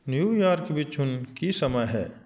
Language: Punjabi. ਨਿਊਯਾਰਕ ਵਿਚ ਹੁਣ ਕੀ ਸਮਾਂ ਹੈ